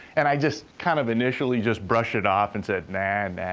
and i just kind of initially just brushed it off, and said, nah, nah,